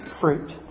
fruit